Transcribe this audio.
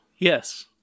Yes